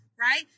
right